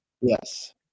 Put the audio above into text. yes